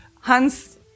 Hans